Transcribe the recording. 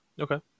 Okay